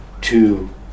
two